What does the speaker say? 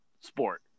sport